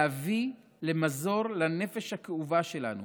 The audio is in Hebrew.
להביא מזור לנפש הכאובה שלנו